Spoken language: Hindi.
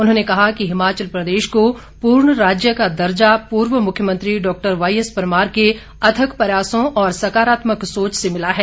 उन्होंने कहा कि हिमाचल प्रदेश को पूर्ण राज्य का दर्जा पूर्व मुख्यमंत्री डॉक्टर वाईएस परमार के अथक प्रयासों और सकारात्मक सोच से मिला है